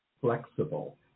flexible